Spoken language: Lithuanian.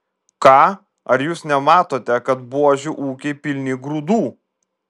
ką ar jūs nematote kad buožių ūkiai pilni grūdų